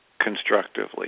constructively